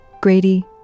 Grady